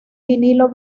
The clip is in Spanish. vinilo